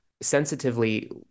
sensitively